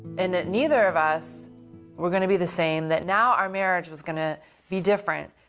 and that neither of us were going to be the same, that now our marriage was going to be different,